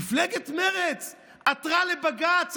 מפלגת מרצ עתרה לבג"ץ.